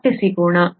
ಮತ್ತೆ ಸಿಗೋಣ